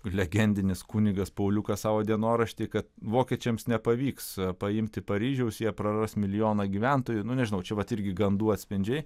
legendinis kunigas pauliukas savo dienorašty kad vokiečiams nepavyks paimti paryžiaus jie praras milijoną gyventojų nu nežinau čia vat irgi gandų atspindžiai